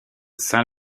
saint